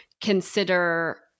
consider